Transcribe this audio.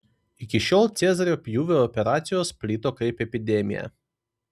iki šiol cezario pjūvio operacijos plito kaip epidemija